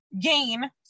gain